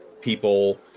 people